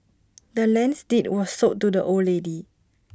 the land's deed was sold to the old lady